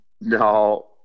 No